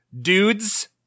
dudes